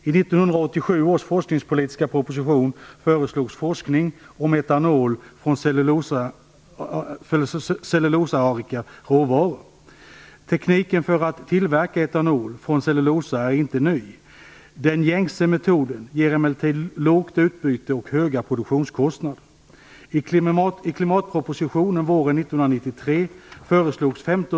I 1987 års forskningspolitiska proposition föreslogs forskning om etanol från cellulosarika råvaror. Tekniken för att tillverka etanol av cellulosa är inte ny. Den gängse metoden ger emellertid lågt utbyte och höga produktionskostnader.